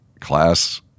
class